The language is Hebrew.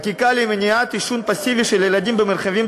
חקיקה למניעת עישון פסיבי של ילדים במרחבים